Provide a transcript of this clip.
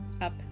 up